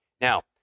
now